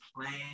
plan